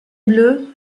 bleue